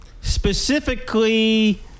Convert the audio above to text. Specifically